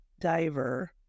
diver